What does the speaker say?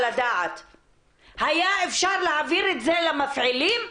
היה אפשר להעביר את זה למפעילים,